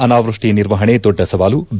ಅನಾವ್ವಷ್ನಿ ನಿರ್ವಹಣೆ ದೊಡ್ಡ ಸವಾಲು ಬಿ